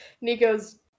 Nico's